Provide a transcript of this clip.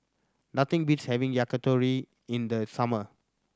nothing beats having Yakitori in the summer